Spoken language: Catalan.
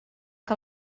que